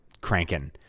cranking